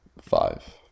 five